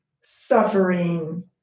suffering